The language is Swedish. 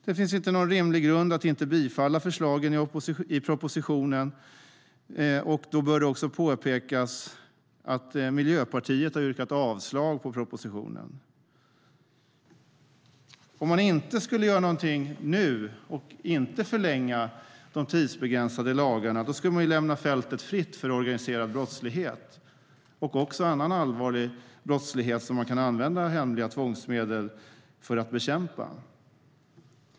Det finns inte någon rimlig grund att inte bifalla förslagen i propositionen. Det bör då påpekas att Miljöpartiet har yrkat avslag på propositionen. Om man inte skulle göra någonting nu, och inte förlänga de tidsbegränsade lagarna, skulle man lämna fältet fritt för organiserad brottslighet och annan allvarlig brottslighet som man kan använda hemliga tvångsmedel för att bekämpa.